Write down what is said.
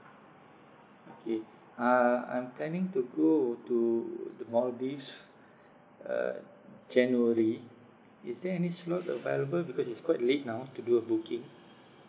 okay uh I'm planning to go to the maldives uh january is there any slot available because it's quite late now to do a booking